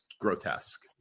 grotesque